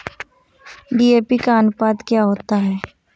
DAP का अनुपात क्या होता है?